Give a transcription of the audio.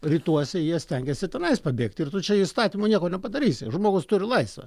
rytuose jie stengiasi tenais pabėgti ir tu čia įstatymu nieko nepadarysi žmogus turi laisvę